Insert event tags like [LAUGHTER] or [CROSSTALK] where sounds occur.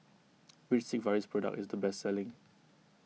[NOISE] which Sigvaris product is the best selling